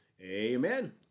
Amen